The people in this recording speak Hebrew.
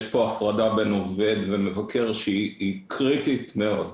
יש פה הפרדה בין עובד למבקר שהיא קריטית מאוד.